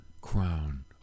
crown